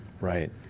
Right